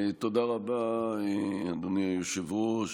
תודה רבה, אדוני היושב-ראש.